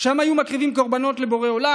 ושם היו מקריבים קורבנות לבורא עולם.